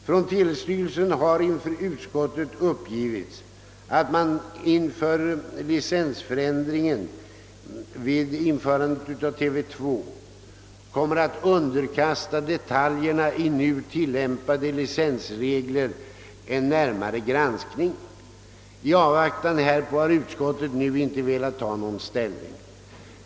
Från telestyrelsen har inför utskottet uppgivits att man i samband med licensförändringen vid införandet av TV program 2 kommer att underkasta detaljerna i nu tillämpade licensregler en närmare granskning. I avvaktan härpå har utskottet nu inte velat ta någon ställning 1ill saken.